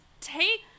take